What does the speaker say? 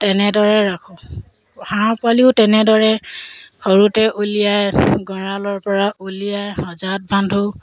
তেনেদৰে ৰাখোঁ হাঁহ পোৱালিও তেনেদৰে সৰুতে উলিয়াই গড়ালৰপৰা উলিয়াই সজাত বান্ধোঁ